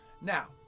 Now